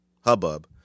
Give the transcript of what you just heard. hubbub